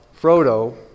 Frodo